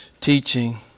teaching